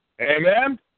Amen